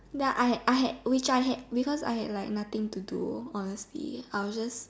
ya I had I had which I had because I had nothing to do honestly I was just